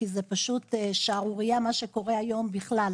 כי זה פשוט שערורייה מה שקורה היום בכלל.